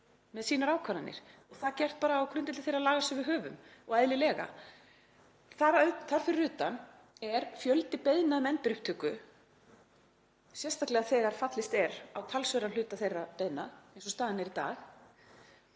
með sínar ákvarðanir og það er gert á grundvelli þeirra laga sem við höfum, og eðlilega. Þar fyrir utan er fjöldi beiðna um endurupptöku, sérstaklega þegar fallist er á talsverðan hluta þeirra beiðna, eins og staðan er í dag,